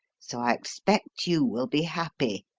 so i expect you will be happy,